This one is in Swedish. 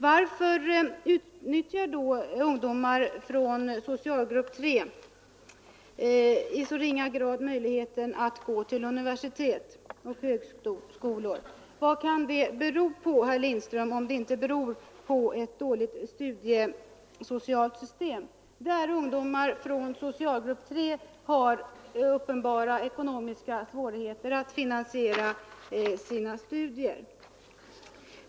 Varför utnyttjar ungdomar från socialgrupp 3 i så ringa grad möjligheten att gå till universitet och högskolor? Vad kan det bero på, herr Lindström, om inte på ett dåligt studiesocialt system eftersom ungdomar från socialgrupp 3 har uppenbara ekonomiska svårigheter att finansiera sina studier?